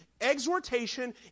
exhortation